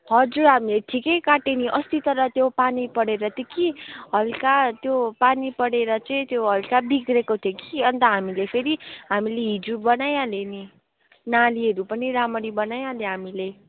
हजुर हामीले ठिकै काट्यौँ नि अस्ति तर त्यो पानी परेर त कि हल्का त्यो पानी परेर चाहिँ त्यो हल्का बिग्रेको थियो कि अन्त हामीले फेरि हामीले हिजो बनाइहाल्यो नि नालीहरू पनि रामरी बनाइहाल्यो हामीले